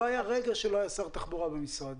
לא היה רגע שלא היה שר תחבורה במשרד.